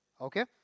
Okay